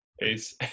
Peace